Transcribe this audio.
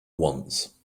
wants